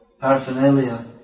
paraphernalia